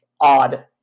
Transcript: odd